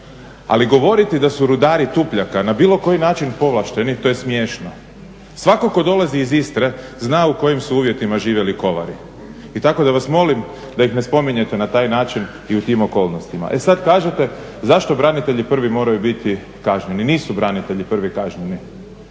Ali govoriti da su rudari Tupljaka na bilo koji način povlašteni to je smiješno. Svatko tko dolazi iz Istre zna u kojim su uvjetima živjeli kovari i tako da vas molim da ih ne spominjete na taj način i u tim okolnostima. E sad kažete zašto branitelji prvi moraju biti kažnjeni. Nisu branitelji prvi kažnjeni.